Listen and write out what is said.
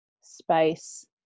space